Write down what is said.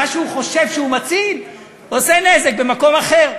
מה שהוא חושב שהוא מציל עושה נזק במקום אחר.